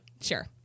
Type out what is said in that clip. Sure